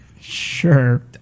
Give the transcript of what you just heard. Sure